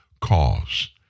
cause